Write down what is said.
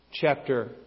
chapter